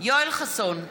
יואל חסון,